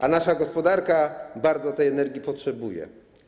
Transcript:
A nasza gospodarka bardzo tej energii potrzebuje.